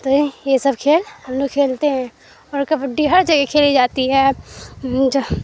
تو یہ سب کھیل ہم لوگ کھیلتے ہیں اور کبڈی ہر جگہ کھیلی جاتی ہے جو